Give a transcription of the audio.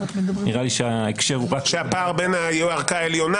נראה לי שההקשר הוא --- שהפער בין הערכאה העליונה